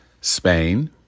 spain